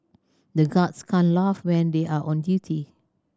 the guards can't laugh when they are on duty